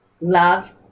Love